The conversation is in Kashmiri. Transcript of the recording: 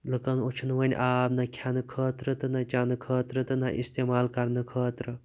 لُکَن چھُنہ وۄنۍ آب نہ کھیٚنہٕ خٲطرٕ تہٕ چیٚنہٕ خٲطرٕ تہٕ نہ استعمال کَرنہٕ خٲطرٕ